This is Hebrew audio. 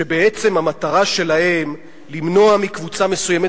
שבעצם המטרה שלהם למנוע מקבוצה מסוימת,